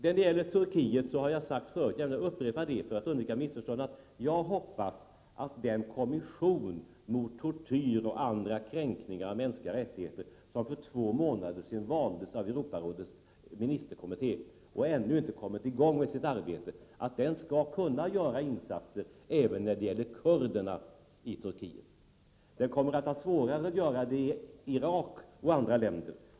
När det gäller Turkiet har jag sagt förut — och jag vill gärna upprepa det för att undvika missförstånd — att jag hoppas att den kommission mot tortyr och andra kränkningar av mänskliga rättigheter som för två månader sedan valdes av Europarådets ministerkommitté och ännu inte kommit i gång med sitt arbete, skall kunna göra insatser även när det gäller kurderna i Turkiet. Den kommer att ha svårare att göra det i Irak och andra länder.